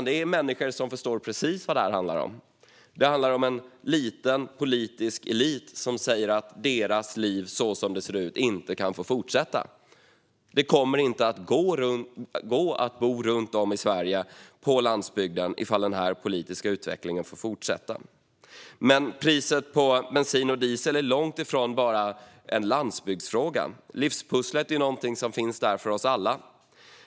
De förstår precis vad detta handlar om, nämligen en liten, politisk elit som säger att deras liv så som det ser ut inte kan få fortsätta. Det kommer inte att gå att bo runt om på Sveriges landsbygd om denna politiska utveckling får fortsätta. Priset på bensin och diesel är dock långt ifrån bara en landsbygdsfråga. Vi har alla ett livspussel.